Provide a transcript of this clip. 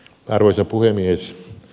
arvoisa puhemies